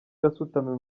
gasutamo